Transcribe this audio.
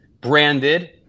branded